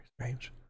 strange